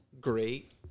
great